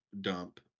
dump